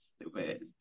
stupid